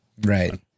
Right